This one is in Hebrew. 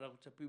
אנחנו מצפים